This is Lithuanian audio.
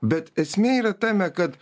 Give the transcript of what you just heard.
bet esmė yra tame kad